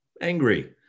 angry